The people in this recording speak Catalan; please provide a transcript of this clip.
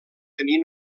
tenir